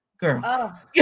girl